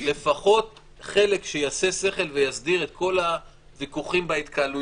לפחות חלק שיעשה שכל ויסדיר את כל הוויכוחים בהתקהלויות,